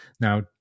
Now